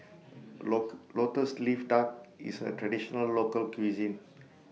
Local Lotus Leaf Duck IS A Traditional Local Cuisine